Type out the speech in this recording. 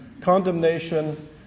condemnation